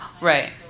Right